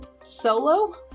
solo